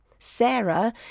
Sarah